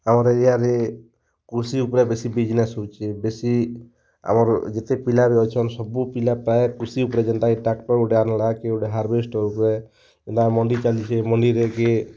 ଆମର୍ ଏରିଆରେ କୃଷି ଉପରେ ବେଶୀ ବିଜନେସ୍ ହେଉଛେ ବେଶୀ ଆମର୍ ଯେତେ ପିଲା ବି ଅଛନ୍ ସବୁ ପିଲା ପ୍ରାୟ କୃଷି ଉପରେ ଯେନ୍ତାକି ଟ୍ରାକ୍ଟର୍ ଗୁଟେ ଆଣିଲା କିଏ ଗୋଟେ ହାର୍ବେସ୍ଟେର ହୁଏ ଏଇନା ମଣ୍ଡି ଚାଲିଛେ ମଣ୍ଡିରେ କିଏ